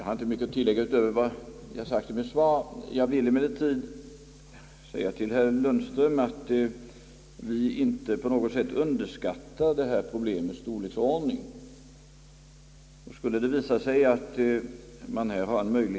Herr talman!